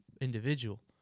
individual